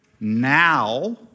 now